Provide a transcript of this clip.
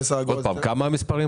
עוד פעם, כמה המספרים?